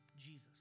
Jesus